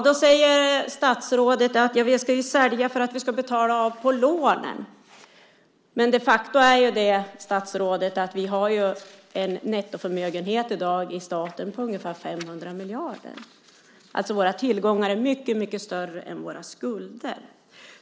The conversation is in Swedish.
Då säger statsrådet att vi ska sälja för att vi ska betala av på lånen. Men faktum är, statsrådet, att vi har en nettoförmögenhet i dag i staten på ungefär 500 miljarder. Våra tillgångar är mycket större än våra skulder.